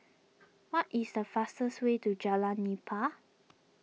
what is the fastest way to Jalan Nipah